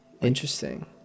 interesting